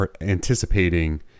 anticipating